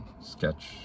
sketch